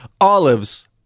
olives